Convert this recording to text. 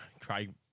Craig